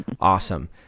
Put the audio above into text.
awesome